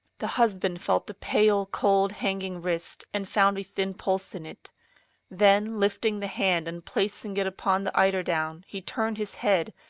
the husband felt the pale, cold, hang ing wrist, and found a thin pulse in it then, lifting the hand, and placing it upon the eider-down, he turned his head,